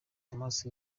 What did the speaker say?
amaso